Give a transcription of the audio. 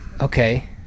Okay